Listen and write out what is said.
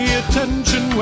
attention